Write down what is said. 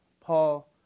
Paul